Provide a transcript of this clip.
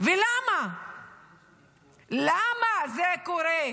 ולמה זה קורה?